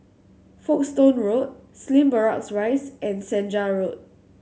Folkestone Road Slim Barracks Rise and Senja Road